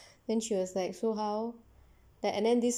then she was like so how the and then this